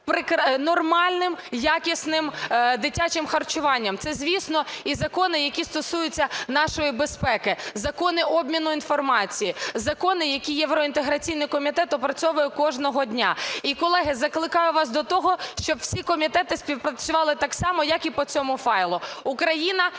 нормальним якісним дитячим харчуванням. Це, звісно, і закони, які стосуються нашої безпеки, закони обміну інформації. Закони, які євроінтеграційний комітет опрацьовує кожного дня. І, колеги, закликаю вас до того, щоб всі комітети співпрацювали так само, як і по цьому файлу. Україна